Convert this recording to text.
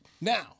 Now